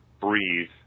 breathe